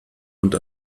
und